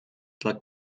dla